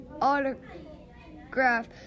autograph